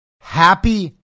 happy